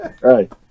right